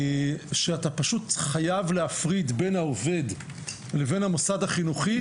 שאתה חייב להפריד בין העובד לבין המוסד החינוכי,